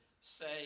say